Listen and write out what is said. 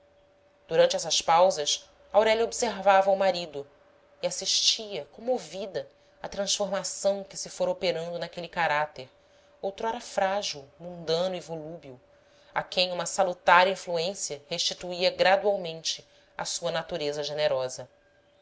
durante estas pausas aurélia observava o marido e assistia comovida à transformação que se fora operando naquele caráter outrora frágil mundano e volúbil a quem uma salutar influência restituía gradualmente à sua natureza generosa